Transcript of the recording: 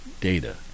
data